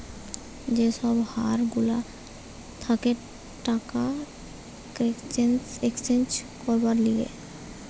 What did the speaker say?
যে সব হার গুলা থাকে টাকা এক্সচেঞ্জ করবার লিগে